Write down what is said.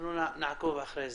נעקוב אחרי זה.